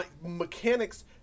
mechanics